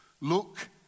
Look